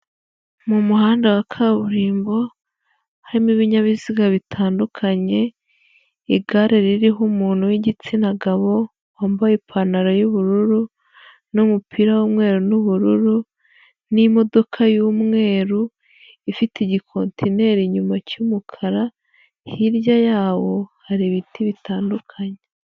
Mu muhanda wa kaburimbo, harimo ibinyabiziga bitandukanye, igare ririho umuntu w'igitsina gabo, wambaye ipantaro y'ubururu n'umupira w'umweru n'ubururu, n'imodoka y'umweru ifite igikonteneri inyuma cy'umukara, hirya yawo hari ibiti bitandukanye.